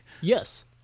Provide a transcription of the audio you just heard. yes